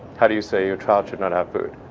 how do you say your child should not have food?